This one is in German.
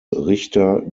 richter